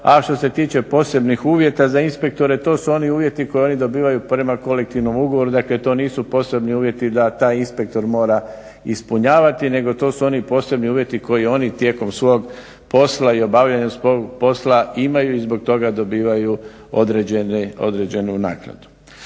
A što se tiče posebnih uvjeta za inspektore, to su oni uvjeti koje oni dobivaju prema kolektivnom ugovoru. Dakle to nisu posebni uvjeti da taj inspektor mora ispunjavati nego to su oni posebni uvjeti koje oni tijekom svog posla i obavljanja posla imaju i zbog toga dobivaju određenu naknadu.